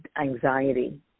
anxiety